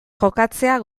jokatzea